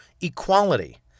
equality